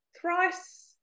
thrice